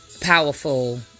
powerful